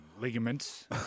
ligaments